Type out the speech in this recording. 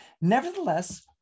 Nevertheless